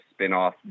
spinoff